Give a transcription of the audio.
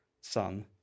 Son